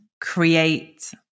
create